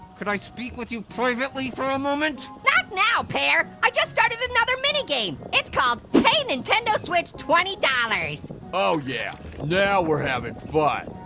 can i speak with you privately for a moment? not now, pear! i just started another mini game! it's called pay nintendo switch twenty dollars. oh yeah, now we're having fun.